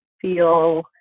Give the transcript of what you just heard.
feel